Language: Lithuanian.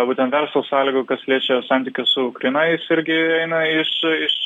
būtent verslo sąlygų kas liečia santykius su ukraina jis irgi eina iš iš